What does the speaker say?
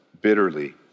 bitterly